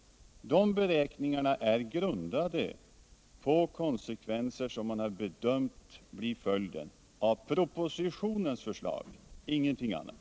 De beräkningarna är grundade på det som bedöms bli följden av propositionens förslag — ingenting annal.